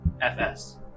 FS